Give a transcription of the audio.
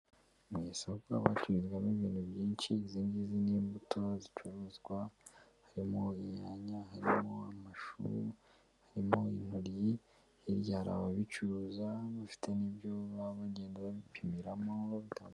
Mu isoko haba hacururizwamo ibintu byinshi, izingizi ni imbuto zicuruzwa, harimo inyanya, harimo amashu, harimo intoryi, hirya hari ababicuruza bafite n'ibyo baba bagenda babipimiramo.